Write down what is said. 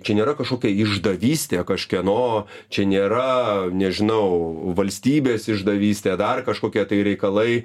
čia nėra kažkokia išdavystė kažkieno čia nėra nežinau valstybės išdavystė dar kažkokie reikalai